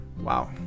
Wow